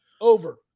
Over